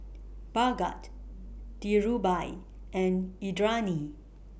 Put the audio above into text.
Bhagat Dhirubhai and Indranee